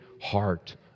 heart